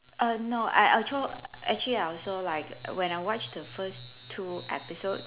err no I I also actually I also like when I watch the first two episode